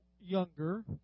younger